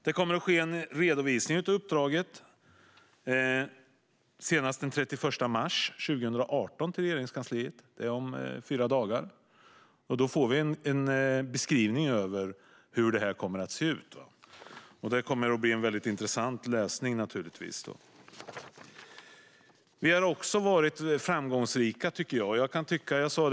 Det kommer att ske en redovisning av uppdraget till Regeringskansliet senast den 31 mars 2018, om fyra dagar. Då får vi en beskrivning av hur det kommer att se ut. Det blir intressant läsning. Jag tycker att vi också har varit framgångsrika när det gäller handhållen kommunikationsutrustning vid körning.